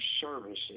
services